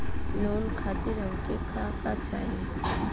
Loan खातीर हमके का का चाही?